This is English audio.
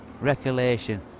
recollection